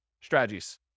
strategies